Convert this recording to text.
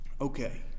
Okay